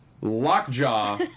Lockjaw